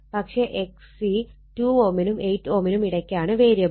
പക്ഷെ XC 2 Ω നും 8 Ω നും ഇടയ്ക്കാണ് വേരിയബിൾ